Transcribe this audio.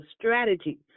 strategy